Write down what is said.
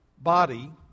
body